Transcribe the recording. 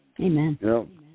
Amen